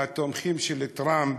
התומכים של טראמפ,